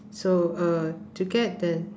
so uh to get the